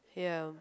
ya